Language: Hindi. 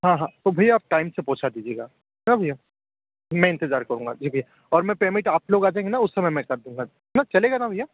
हाँ हाँ तो भैया आप टाइम से पहुँचा दीजिएगा है ना भैया मैं इंतेज़ार करूँगा जी भैया और मैं पेमेंट आप लोग आ जाएंगे ना उस समय कर दूँगा चलेगा ना भैया